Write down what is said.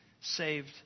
saved